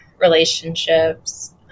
relationships